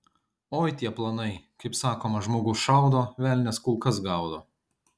oi tie planai kaip sakoma žmogus šaudo velnias kulkas gaudo